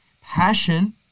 Passion